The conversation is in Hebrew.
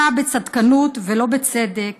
אתה, בצדקנות ולא בצדק,